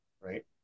right